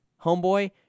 homeboy